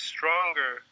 stronger